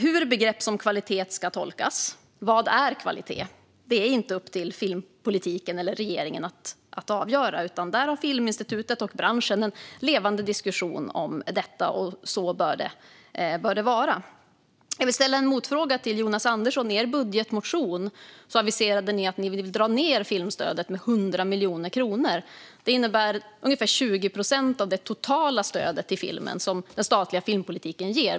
Hur begrepp som kvalitet ska tolkas och vad kvalitet är, det är inte upp till filmpolitiken eller regeringen att avgöra. Filminstitutet och branschen för en levande diskussion om detta, och så bör det vara. Jag vill ställa en motfråga till Jonas Andersson. I er budgetmotion aviserade ni att ni vill dra ned filmstödet med 100 miljoner kronor. Det är ungefär 20 procent av det totala stödet till filmen som den statliga filmpolitiken ger.